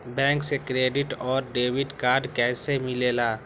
Bank से credit और debit card कैसी मिलेला?